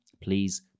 please